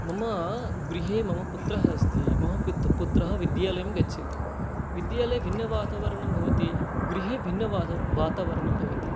मम गृहे मम पुत्रः अस्ति मम पुत्रः विद्यालयं गच्छति विद्यालये भिन्नवातावरणं भवति गृहे भिन्नवातावरणं भवति